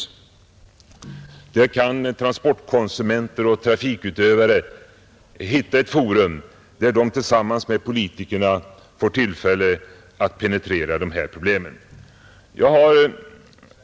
I trafikpolitiska delegationen har transportkonsumenter och trafikutövare ett forum där de tillsammans med politikerna får tillfälle att penetrera dessa problem.